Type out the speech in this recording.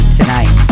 tonight